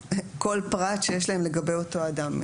יעבירו כל פרט שיש להם לגבי אותו אדם.